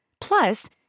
Plus